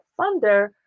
funder